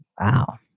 wow